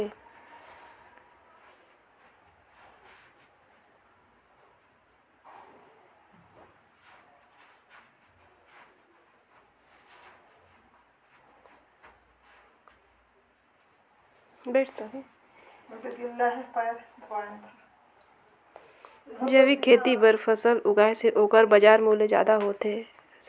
जैविक खेती बर फसल उगाए से ओकर बाजार मूल्य ज्यादा होथे